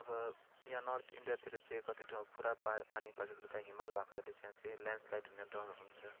अब यहाँ नर्थ इन्डियातिर चाहिँ कति ठाउँ पुरा पानी परेको हिमाल भएकोले यहाँ चाहिँ ल्यान्डस्लाइड हुने डरहरू हुन्छ